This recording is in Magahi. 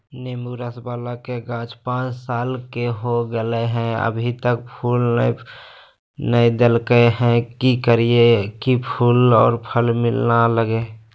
नेंबू रस बाला के गाछ पांच साल के हो गेलै हैं अभी तक फूल नय देलके है, की करियय की फूल और फल मिलना लगे?